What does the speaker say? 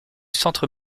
centre